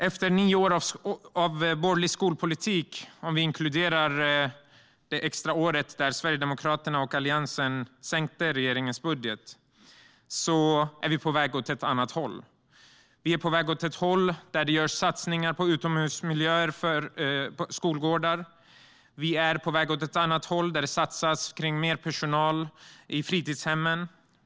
Efter nio år av borgerlig skolpolitik - om vi inkluderar extraåret, då Sverigedemokraterna och Alliansen sänkte regeringens budget - är vi nu på väg åt ett annat håll. Vi är på väg åt ett annat håll där det görs satsningar på utomhusmiljöer för skolgårdar. Vi är på väg åt ett annat håll där det satsas på mer personal i fritidshemmen.